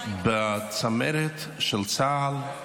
בצמרת של צה"ל,